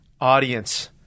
audience